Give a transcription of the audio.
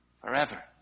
forever